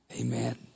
amen